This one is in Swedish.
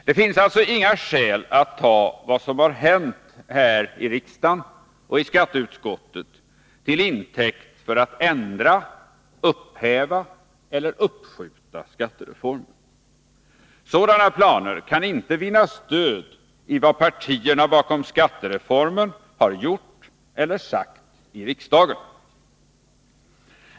Det finns alltså inga skäl att ta vad som har hänt här i riksdagen och i skatteutskottet till intäkt för att ändra, upphäva eller uppskjuta skattereformen. Sådana planer kan inte vinna stöd i vad partierna bakom skattereformen har gjort eller sagt i riksdagen.